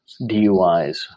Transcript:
DUIs